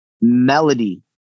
melody